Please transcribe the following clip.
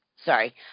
Sorry